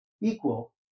equal